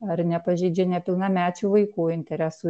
ar nepažeidžia nepilnamečių vaikų interesų